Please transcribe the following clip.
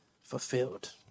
fulfilled